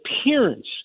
appearance